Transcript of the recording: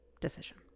decision